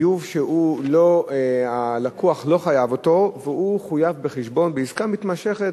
חיוב שהלקוח לא חייב אותו והוא חויב בחשבון בעסקה מתמשכת.